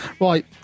Right